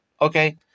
Okay